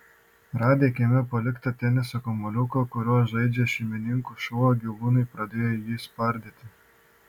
radę kieme paliktą teniso kamuoliuką kuriuo žaidžia šeimininkų šuo gyvūnai pradėjo jį spardyti